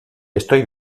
estoy